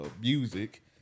music